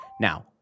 Now